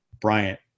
Bryant